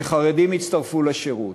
שחרדים יצטרפו לשירות.